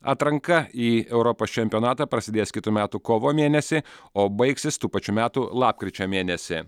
atranka į europos čempionatą prasidės kitų metų kovo mėnesį o baigsis tų pačių metų lapkričio mėnesį